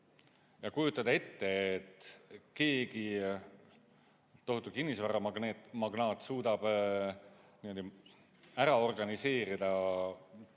Ja kujutada ette, et keegi tohutu kinnisvaramagnaat suudab ära organiseerida peaaegu